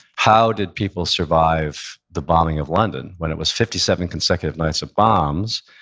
how did people survive the bombing of london when it was fifty seven consecutive nights of bombs,